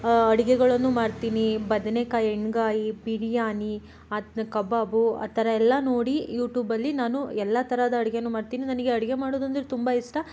ಅಡುಗೆಗಳನ್ನೂ ಮಾಡ್ತೀನಿ ಬದನೇಕಾಯಿ ಎಣ್ಣೆಗಾಯಿ ಬಿರಿಯಾನಿ ಆ ತ್ ಕಬಾಬು ಆ ಥರ ಎಲ್ಲ ನೋಡಿ ಯೂಟೂಬಲ್ಲಿ ನಾನು ಎಲ್ಲ ತರಹದ ಅಡ್ಗೆ ಮಾಡ್ತೀನಿ ನನಗೆ ಅಡುಗೆ ಮಾಡೋದು ಅಂದರೆ ತುಂಬ ಇಷ್ಟ